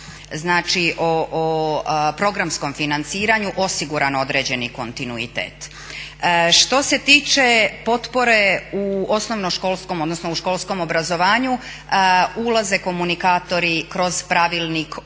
znači o programskom financiranju osiguran određeni kontinuitet. Što se tiče potpore u osnovnoškolskom, odnosno u školskom obrazovanju ulaze komunikatori kroz Pravilnik o